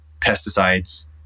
pesticides